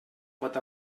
pot